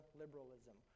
liberalism